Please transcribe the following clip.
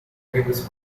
famous